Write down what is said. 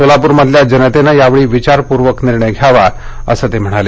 सोलापूर मधल्या जनतेनं यावेळी विचारपूर्वक निर्णय घ्यावा असं ते म्हणाले